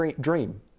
dream